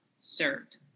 served